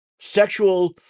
sexual